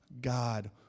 God